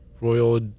Royal